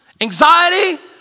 anxiety